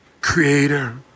creator